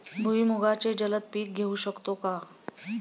भुईमुगाचे जलद पीक घेऊ शकतो का?